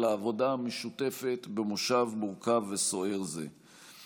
העבודה המשותפת במושב מורכב וסוער זה.